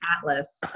Atlas